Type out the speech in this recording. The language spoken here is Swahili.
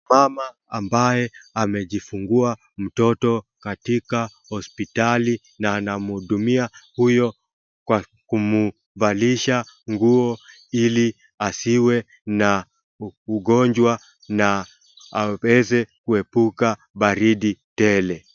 Mama ambaye amejifungua mtoto katika hospitali na anamhudumia huyo kwa kumvalisha nguo ili asiwe na ugonjwa na aweze kuepuka baridi tele.